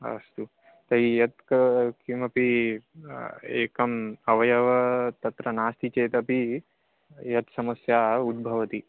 अस्तु तर्हि यत् क किमपि एकम् अवयवं तत्र नास्ति चेतपि यत् समस्या उद्भवति